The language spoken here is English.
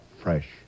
fresh